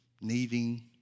needing